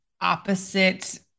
opposite